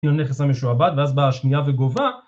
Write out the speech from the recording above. נכס המשועבד ואז באה השנייה וגובה